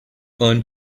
earn